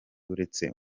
uretse